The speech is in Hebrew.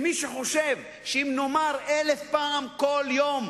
מי שחושב שאם נאמר אלף פעם כל יום